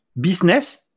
business